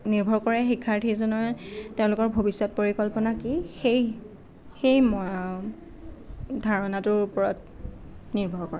নিৰ্ভৰ কৰে শিক্ষাৰ্থীজনৰ তেওঁলোকৰ ভৱিষ্যত পৰিকল্পনা কি সেই সেই ধাৰণাটোৰ ওপৰত নিৰ্ভৰ কৰে